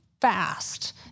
fast